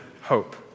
hope